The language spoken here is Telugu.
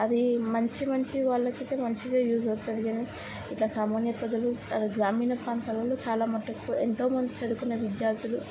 అది మంచి మంచి వాళ్ళకైతే మంచిగా యూజ్ అవుతుంది కానీ ఇట్లా సామాన్య ప్రజలు గ్రామీణ ప్రాంతాలలో చాలా మట్టుకు ఎంతో మంది చదువుకున్న విద్యార్థులు